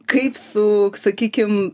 kaip su sakykim